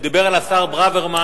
הוא דיבר על השר ברוורמן.